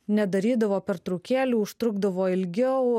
nedarydavo pertraukėlių užtrukdavo ilgiau